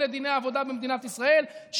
אלה דיני העבודה במדינת ישראל.